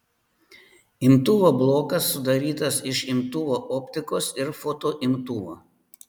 imtuvo blokas sudarytas iš imtuvo optikos ir fotoimtuvo